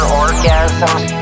orgasms